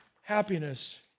happiness